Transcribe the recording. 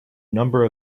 number